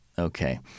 Okay